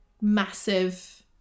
massive